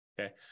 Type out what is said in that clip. Okay